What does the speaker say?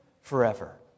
forever